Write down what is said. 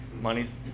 money's